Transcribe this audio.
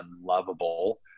unlovable